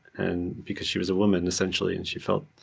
and because she was a woman essentially, and she felt